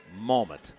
moment